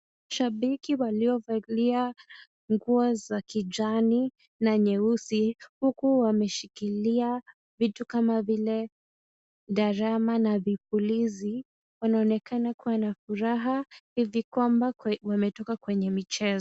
Shabiki waliovalia nguo za kijani na nyeusi huku wameshikilia vitu kama vile ndarama na vipulizi wanaonekana kuwa na furaha hivi kwamba wametoka kwenye michezo.